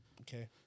Okay